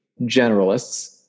generalists